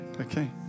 Okay